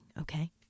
Okay